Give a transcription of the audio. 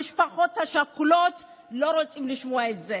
המשפחות השכולות לא רוצות לשמוע את זה.